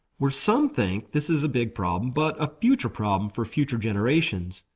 where some think this is a big problem but a future problem for future generations,